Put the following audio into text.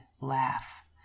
laugh